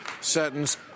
sentence